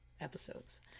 episodes